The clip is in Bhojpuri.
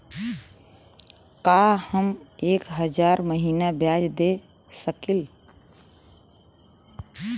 का हम एक हज़ार महीना ब्याज दे सकील?